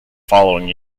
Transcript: following